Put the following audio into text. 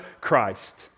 Christ